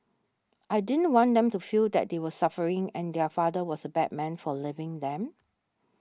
I didn't want them to feel that they were suffering and their father was a bad man for leaving them